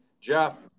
Jeff